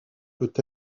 peut